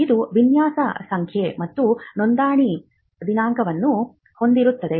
ಇದು ವಿನ್ಯಾಸ ಸಂಖ್ಯೆ ಮತ್ತು ನೋಂದಣಿ ದಿನಾಂಕವನ್ನು ಹೊಂದಿರುತ್ತದೆ